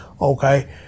okay